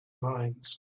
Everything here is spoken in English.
minds